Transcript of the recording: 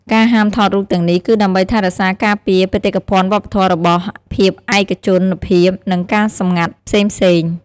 ការហាមថតរូបទាំងនេះ គឺដើម្បីថែរក្សាការពារបេតិកភណ្ឌវប្បធម៌របស់ ភាពឯកជនភាព និងការសម្ងាត់ផ្សេងៗ។